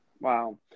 Wow